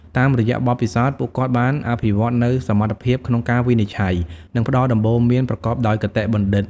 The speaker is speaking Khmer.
តាមរយៈបទពិសោធន៍ ពួកគាត់បានអភិវឌ្ឍនូវសមត្ថភាពក្នុងការវិនិច្ឆ័យ និងផ្ដល់ដំបូន្មានប្រកបដោយគតិបណ្ឌិត។